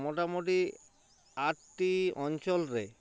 ᱢᱚᱴᱟᱢᱩᱴᱤ ᱟᱴᱴᱤ ᱚᱧᱪᱚᱞ ᱨᱮ